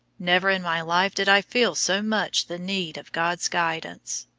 never in my life did i feel so much the need of god's guidance.